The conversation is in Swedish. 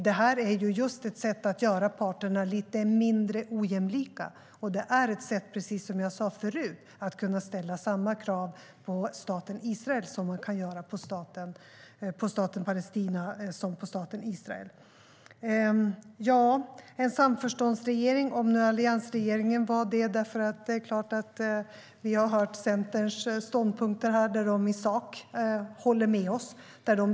Det här är ett sätt att just göra parterna lite mindre ojämlika, och precis som jag sade förut är det är ett sätt att kunna ställa samma krav på staten Palestina som man kan ställa på staten Israel. Jag vet inte direkt om alliansregeringen var en samförståndsregering. Vi har hört Centerns ståndpunkter här, där de i sak håller med oss.